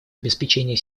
обеспечение